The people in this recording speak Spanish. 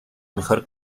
mejor